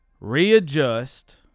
readjust